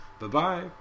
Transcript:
Bye-bye